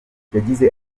yagize